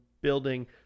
building